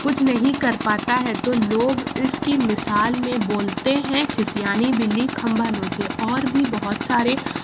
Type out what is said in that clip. کچھ نہیں کر پاتا ہے تو لوگ اس کی مثال میں بولتے ہیں کھسیانی بلی کھمبا نوچے اور بھی بہت سارے